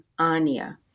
ania